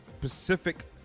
Pacific